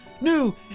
new